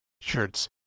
Shirts